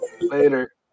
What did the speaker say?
Later